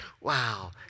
Wow